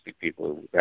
people